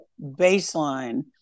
baseline